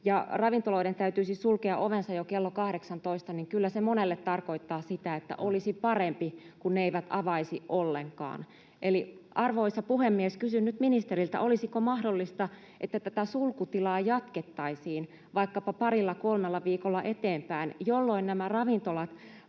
ravintoloiden täytyisi sulkea ovensa jo kello 18, niin kyllä se monelle tarkoittaa sitä, että olisi parempi, että ne eivät avaisi ollenkaan. Eli, arvoisa puhemies, kysyn nyt ministeriltä: olisiko mahdollista, että tätä sulkutilaa jatkettaisiin vaikkapa parilla kolmella viikolla eteenpäin, jolloin nämä ravintolat